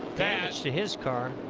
damage to his car.